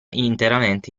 interamente